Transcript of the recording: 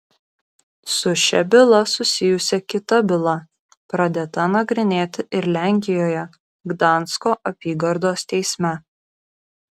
su šia byla susijusi kita byla pradėta nagrinėti ir lenkijoje gdansko apygardos teisme